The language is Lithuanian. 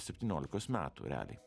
septyniolikos metų realiai